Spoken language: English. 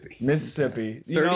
Mississippi